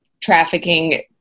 trafficking